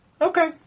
Okay